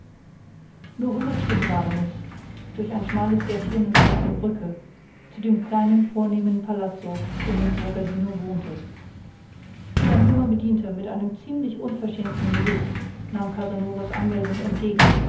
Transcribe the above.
nur hundert schritte waren es durch ein schmales gäßchen und über eine brücke zu dem kleinen vornehmen palazzo in dem bragadino wohnte ein junger bedienter mit einem ziemlich unverschämten gesicht nahm casanovas anmeldung entgegen